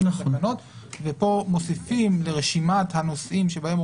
ופה מוסיפים לרשימת הנושאים שבהם הוא